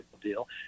deal